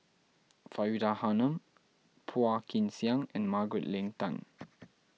Faridah Hanum Phua Kin Siang and Margaret Leng Tan